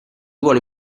vuole